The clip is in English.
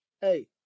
Hey